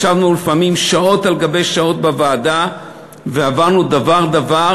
ישבנו לפעמים שעות על גבי שעות בוועדה ועברנו דבר-דבר